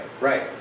right